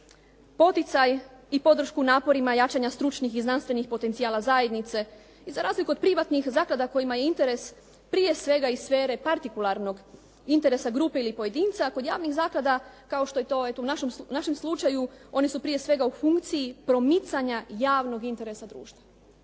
poticaj i podršku naporima jačanja stručnih i znanstvenih potencijala zajednice za razliku od privatnih zaklada kojima je interes prije svega iz sfere partikularnog interesa grupe ili pojedinca, a kod javnih zaklada kao što je to eto u našem slučaju one su prije svega u funkciji promicanja javnog interesa društva.